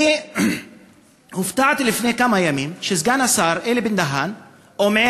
אני הופתעתי לפני כמה ימים כשסגן השר אלי בן-דהן אמר